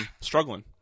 struggling